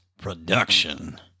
production